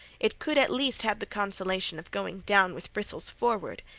it could at least have the consolation of going down with bristles forward.